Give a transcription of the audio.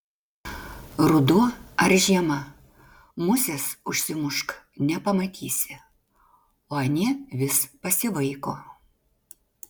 ruduo ar žiema musės užsimušk nepamatysi o anie vis pasivaiko